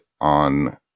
on